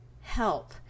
help